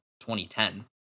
2010